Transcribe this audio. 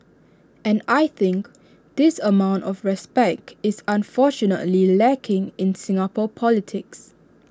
and I think this amount of respect is unfortunately lacking in Singapore politics